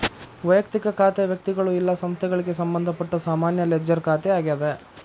ವಯಕ್ತಿಕ ಖಾತೆ ವ್ಯಕ್ತಿಗಳು ಇಲ್ಲಾ ಸಂಸ್ಥೆಗಳಿಗೆ ಸಂಬಂಧಪಟ್ಟ ಸಾಮಾನ್ಯ ಲೆಡ್ಜರ್ ಖಾತೆ ಆಗ್ಯಾದ